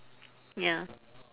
ya